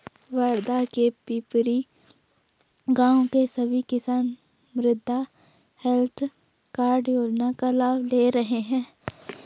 वर्धा के पिपरी गाँव के सभी किसान मृदा हैल्थ कार्ड योजना का लाभ ले रहे हैं